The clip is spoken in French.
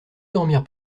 dormir